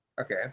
Okay